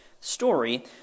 story